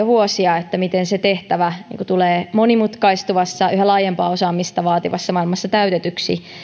vuosia että miten se tehtävä tulee monimutkaistuvassa yhä laajempaa osaamista vaativassa maailmassa täytetyksi